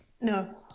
No